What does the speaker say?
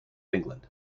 england